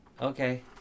okay